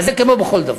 ואז זה כמו בכל דבר.